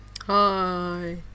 Hi